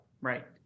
right